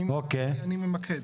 אני ממקד.